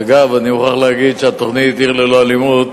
אגב, אני מוכרח לומר שהתוכנית "עיר ללא אלימות"